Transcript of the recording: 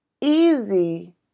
easy